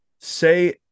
say